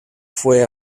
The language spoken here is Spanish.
fue